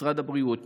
משרד הבריאות,